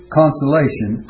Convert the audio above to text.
consolation